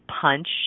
punch